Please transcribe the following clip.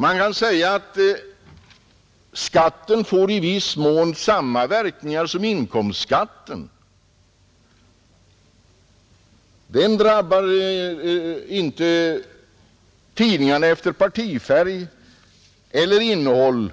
Man kan säga att skatten i viss mån får samma verkningar som inkomstskatten. Den drabbar inte tidningarna efter partifärg eller innehåll